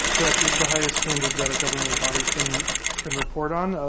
correct is the highest standard that a government body can can report on.